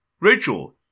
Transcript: Rachel